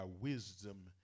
wisdom